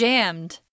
Jammed